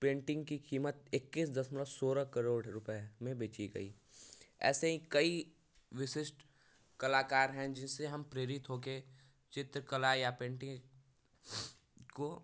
painting की कीमत इक्कीस दशमलव सोलह करोड़ रुपए में बेची गई ऐसे ही कई विशिष्ट कलाकार हैं जिससे हम प्रेरित होके चित्रकला या पेंटिंग को